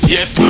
Yes